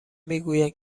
میگویند